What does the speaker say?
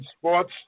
sports